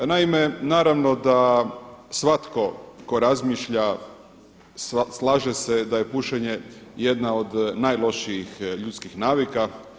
Naime, naravno da svatko tko razmišlja slaže se da je pušenje jedna od najlošijih ljudskih navika.